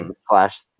Slash